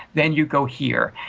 then you go here,